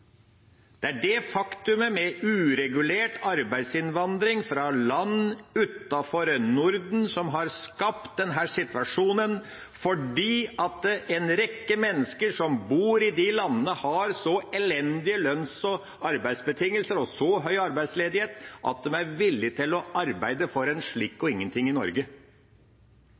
uregulert arbeidsinnvandring fra land utenfor Norden har skapt denne situasjonen, fordi en rekke mennesker som bor i de landene, har så elendige lønns- og arbeidsbetingelser og det er så høy arbeidsledighet at de er villige til å arbeide for en slikk og ingenting i Norge.